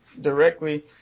directly